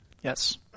Yes